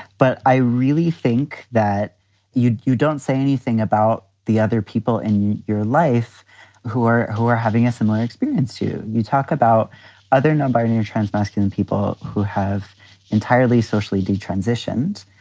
but i really think that you you don't say anything about the other people in your life who are who are having a similar experience to you. talk about other no but new trans masculine people who have entirely socially d transitions.